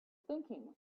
thinking